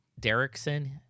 Derrickson